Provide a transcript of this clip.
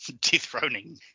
dethroning